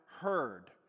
heard